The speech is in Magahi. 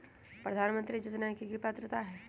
प्रधानमंत्री योजना के की की पात्रता है?